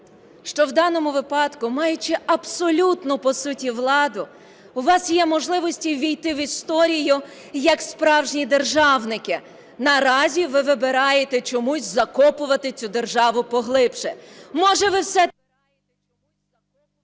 що в даному випадку, маючи абсолютну, по суті, владу, у вас є можливості увійти в історію як справжні державники, наразі ви вибираєте чомусь закопувати цю державу поглибше. Може, ви все...